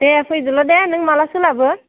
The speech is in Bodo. दे फैदोल' दे नों माला सोलाबो